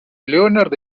leonard